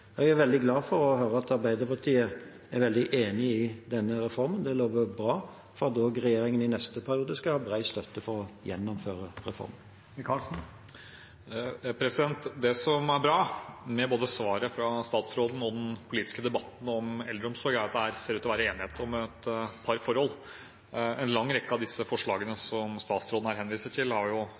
Jeg er veldig glad for å høre at Arbeiderpartiet er veldig enig i denne reformen. Det lover bra for at regjeringen også i neste periode skal ha bred støtte for å gjennomføre reformen. Det som er bra med både svaret fra statsråden og den politiske debatten om eldreomsorg, er at det ser ut til å være enighet om et par forhold. En lang rekke av disse forslagene som statsråden her henviser til, har